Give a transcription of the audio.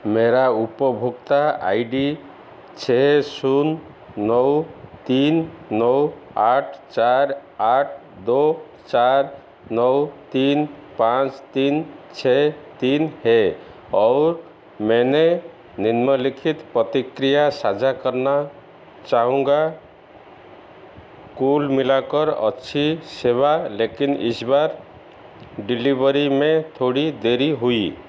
मेरा उपभोगता I D छः शून्य नौ तीन नौ आठ चार आठ दो चार नौ तीन पाँच तीन छः तीन है और मैंने निम्नलिखित प्रतिक्रिया साझा करना चाहूँगा कुल मिलाकर अच्छी सेवा लेकिन इस बार डिलीवरी में थोड़ी देरी हुई